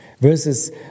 Verses